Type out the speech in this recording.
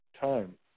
time